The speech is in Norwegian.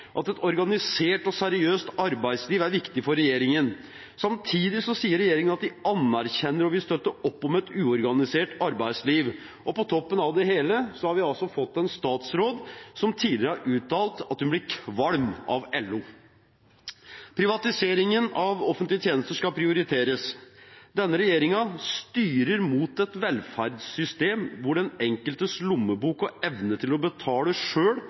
at et organisert og seriøst arbeidsliv er viktig for regjeringen. Samtidig sier regjeringen at de anerkjenner og vil støtte opp om et uorganisert arbeidsliv. På toppen av det hele har vi fått en statsråd som tidligere har uttalt at hun blir kvalm av LO. Privatiseringen av offentlige tjenester skal prioriteres. Denne regjeringen styrer mot et velferdssystem hvor den enkeltes lommebok og evne til å betale